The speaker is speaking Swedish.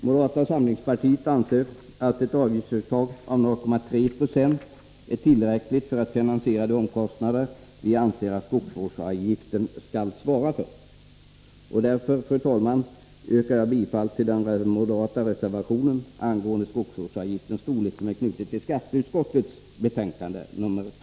Moderata samlingspartiet anser att ett avgiftsuttag på 0,3 9 är tillräckligt för att finansiera de omkostnader vi som anser att skogsvårdsavgiften skall svara för. Fru talman! Jag yrkar därför bifall till den moderata reservation angående skogsvårdsavgiftens storlek som är knuten till skatteutskottets betänkande 1.